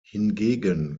hingegen